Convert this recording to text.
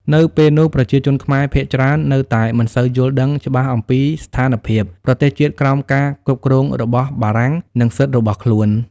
នៅពេលនោះ ប្រជាជនខ្មែរភាគច្រើននៅតែមិនសូវយល់ដឹងច្បាស់អំពីស្ថានភាពប្រទេសជាតិក្រោមការគ្រប់គ្រងរបស់បារាំង និងសិទ្ធិរបស់ខ្លួន។